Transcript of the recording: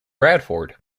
bradford